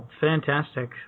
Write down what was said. Fantastic